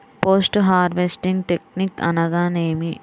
Post harvesting technique అనగా నేమి?